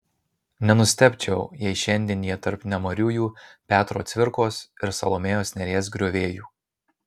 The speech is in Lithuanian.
nenustebčiau jei šiandien jie tarp nemariųjų petro cvirkos ir salomėjos nėries griovėjų